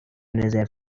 رزرو